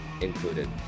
included